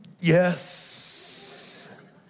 yes